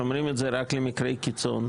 שומרים את זה רק למקרי קיצון.